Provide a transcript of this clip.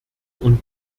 und